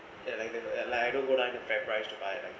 ya like that like I don't go down like the fair price to buy like